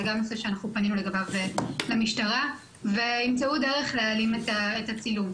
זה גם נושא שאנחנו פנינו לגביו למשטרה וימצאו דרך להעלים את הצילום.